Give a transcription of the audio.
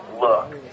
look